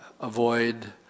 avoid